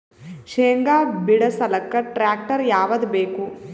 ಶೇಂಗಾ ಬಿಡಸಲಕ್ಕ ಟ್ಟ್ರ್ಯಾಕ್ಟರ್ ಯಾವದ ಬೇಕು?